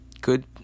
good